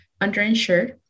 underinsured